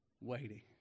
Waiting